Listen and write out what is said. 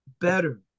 better